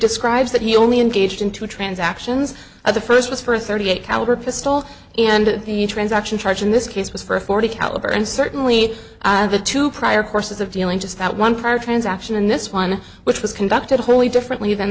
describes that he only engaged in two transactions of the first was for thirty eight caliber pistol and the transaction charge in this case was for forty caliber and certainly the two prior courses of dealing just that one prior transaction and this one which was conducted wholly differently than